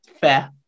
Fair